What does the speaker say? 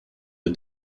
the